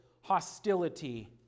hostility